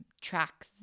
track